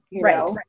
Right